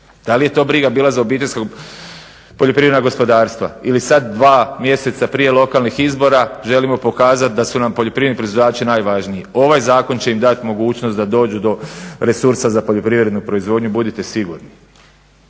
Da li je to bila briga za obiteljska poljoprivredna gospodarstva ili sva dva mjeseca prije lokalnih izbora želimo pokazati da su nam poljoprivredni proizvođači najvažniji? Ovaj zakon će im dati mogućno da dođu do resursa za poljoprivrednu proizvodnju, budite sigurni.